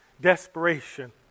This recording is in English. desperation